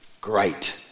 great